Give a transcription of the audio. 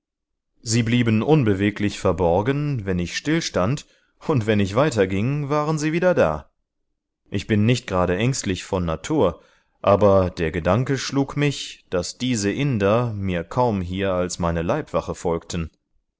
sie blieben unbeweglich verborgen wenn ich still stand und wenn ich weiter ging waren sie wieder da ich bin nicht gerade ängstlich von natur aber der gedanke schlug mich daß diese inder mir kaum hier als meine leibwache folgten